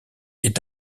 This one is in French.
est